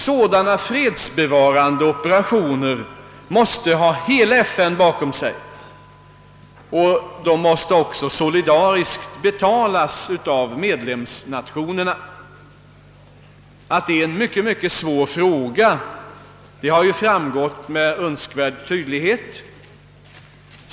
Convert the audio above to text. Sådana fredsbevarande operationer måste ha hela FN bakom sig, och de måste också solidariskt betalas av medlemsnationerna. Att det är en mycket svår fråga har framgått med önskvärd tydlighet.